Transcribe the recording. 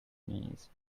knees